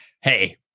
Hey